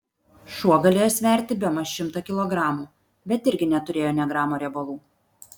šuo galėjo sverti bemaž šimtą kilogramų bet irgi neturėjo nė gramo riebalų